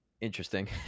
interesting